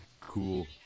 Cool